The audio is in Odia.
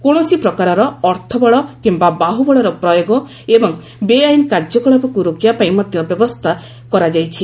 କୌଣସି ପ୍ରକାରର ଅର୍ଥବଳ କିମ୍ବା ବାହୁବଳର ପ୍ରୟୋଗ ଏବଂ ବେଆଇନ କାର୍ଯ୍ୟକଳାପକୁ ରୋକିବା ପାଇଁ ମଧ୍ୟ ବ୍ୟବସ୍ଥା କରାଯାଇଛି